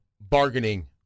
bargaining